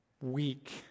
weak